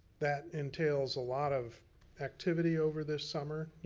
that entails a lot of activity over this summer.